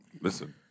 Listen